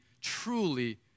truly